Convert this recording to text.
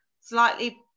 slightly